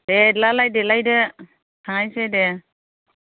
दे बिदिब्लालाय देलायदो थांनोसै दे